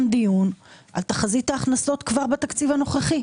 דיון על תחזית ההכנסות כבר בתקציב הנוכחי.